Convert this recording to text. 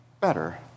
Better